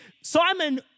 Simon